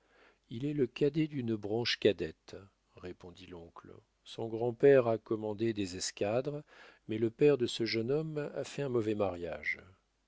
il est le cadet d'une branche cadette répondit l'oncle son grand-père a commandé des escadres mais le père de ce jeune homme a fait un mauvais mariage